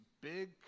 big